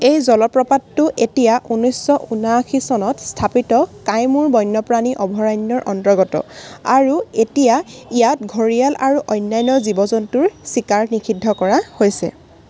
এই জলপ্ৰপাতটো এতিয়া ঊনৈছশ ঊনাশী চনত স্থাপিত কাইমুৰ বন্যপ্ৰাণী অভয়াৰণ্যৰ অন্তৰ্গত আৰু এতিয়া ইয়াত ঘৰিয়াল আৰু অন্যান্য জীৱ জন্তুৰ চিকাৰ নিষিদ্ধ কৰা হৈছে